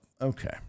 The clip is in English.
Okay